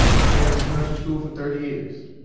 i've had this nursery school for thirty years.